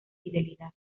fidelidad